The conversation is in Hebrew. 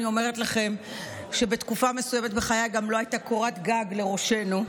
אני אומרת לכם שבתקופה מסוימת בחיי גם לא הייתה קורת גג לראשנו,